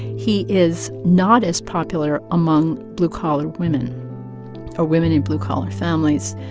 he is not as popular among blue-collar women or women in blue-collar families.